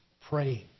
praying